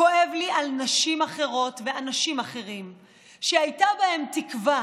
כואב לי על נשים אחרות ועל אנשים אחרים שהייתה בהם תקווה